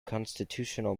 constitutional